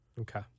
okay